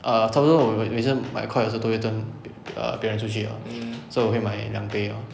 err 差不多我会每次买 koi 的时候我会跟别人出去 so 我会买两杯 lor